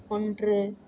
ஒன்று